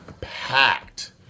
packed